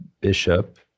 bishop